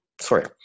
sorry